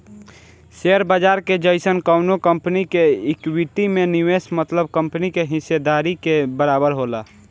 share बाजार के जइसन कवनो कंपनी के इक्विटी में निवेश मतलब कंपनी के हिस्सेदारी के बराबर होला